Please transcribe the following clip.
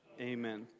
Amen